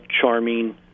charming